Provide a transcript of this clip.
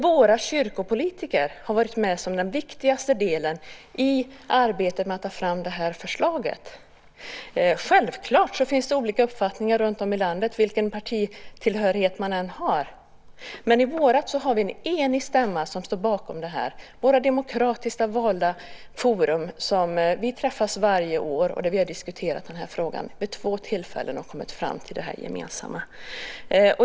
Våra kyrkopolitiker har varit med som den viktigaste delen i arbetet med att ta fram förslaget. Självklart finns det olika uppfattningar runtom i landet vilken partitillhörighet man än har. Men i vårt parti har vi en enig stämma som står bakom detta. Våra demokratiskt valda forum träffas varje år. Vi har diskuterat frågan vid två tillfällen och kommit fram till det gemensamt.